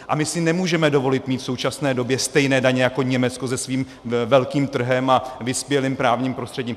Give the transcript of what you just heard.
A my si nemůžeme dovolit v současné době mít stejné daně jako Německo se svým velkým trhem a vyspělým právním prostředím.